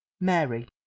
mary